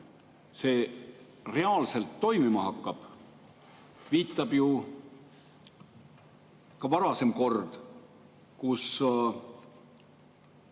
see reaalselt toimima hakkab, viitab ju ka varasem kord, kus